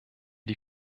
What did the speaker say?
die